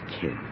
kid